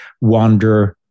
wander